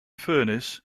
furness